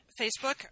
Facebook